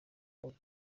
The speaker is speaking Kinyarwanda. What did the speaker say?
wabaga